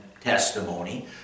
testimony